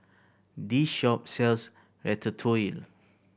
this shop sells Ratatouille